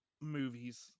movies